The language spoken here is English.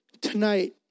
tonight